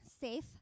safe